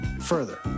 Further